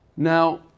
Now